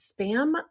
spam